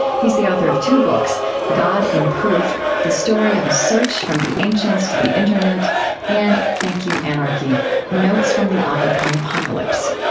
he's the author of two books god in proof the story of a search from the ancients to the internet and thank you anarchy notes from the occupy apocalypse.